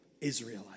Israelite